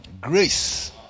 Grace